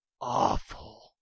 awful